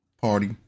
party